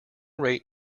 rate